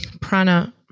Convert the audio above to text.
prana